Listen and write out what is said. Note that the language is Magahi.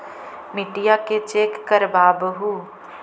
मिट्टीया के चेक करबाबहू?